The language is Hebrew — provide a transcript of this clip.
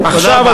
תודה רבה.